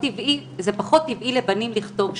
פחות טבעי לבנים לכתוב שם.